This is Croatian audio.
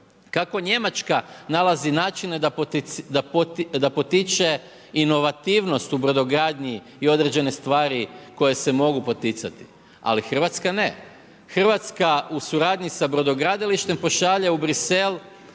Kako Njemačka nalazi načine da potiče inovativnost u brodogradnji i određene stvari koje se mogu poticati? Ali, Hrvatska ne, Hrvatska u suradnji sa brodogradilištem pošalje u Bruxelles